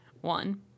one